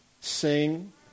sing